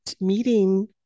meeting